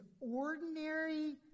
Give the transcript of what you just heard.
ordinary